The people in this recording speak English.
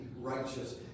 righteous